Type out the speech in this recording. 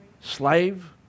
Slave